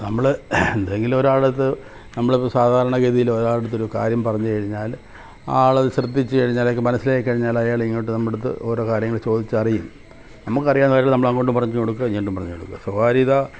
നമ്മൾ എന്തെങ്കിലും ഒരാളുടടുത്ത് നമ്മൾ ഇപ്പം സാധാരണ ഗതിയിൽ ഒരാളുടെ അടുത്ത് ഒരു കാര്യം പറഞ്ഞ് കഴിഞ്ഞാൽ ആ ആളത് ശ്രദ്ധിച്ച് കഴിഞ്ഞാലയാൾക്ക് മനസ്സിലാക്കി കഴിഞ്ഞാൽ അയാളിങ്ങോട്ട് നമ്മടടുത്ത് ഓരോ കാര്യങ്ങൾ ചോദിച്ചറിയും നമുക്കറിയാവുന്ന കാര്യങ്ങൾ നമ്മൾ അങ്ങോട്ട് പറഞ്ഞ് കൊടുക്കുക ഇങ്ങോട്ടും പറഞ്ഞ് കൊടുക്കുക സ്വകാര്യത